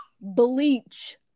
bleach